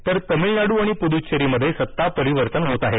तर तमिळनाडू आणि पुद्च्चेरीमधे सत्ता परिवर्तन होत आहे